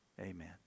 Amen